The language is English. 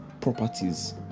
properties